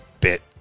bit